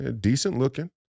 decent-looking